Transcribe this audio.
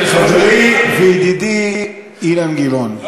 חברי וידידי אילן גילאון,